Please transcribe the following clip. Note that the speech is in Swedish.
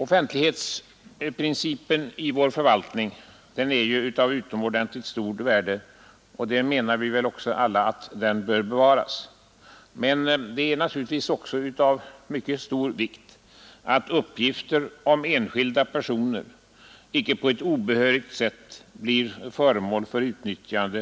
Offentlighetsprincipen i vår förvaltning är av utomordentligt stort värde, och vi menar väl alla att den bör bevaras. Men det är naturligtvis också av mycket stor vikt att uppgifter om enskilda personer icke på ett obehörigt sätt utnyttjas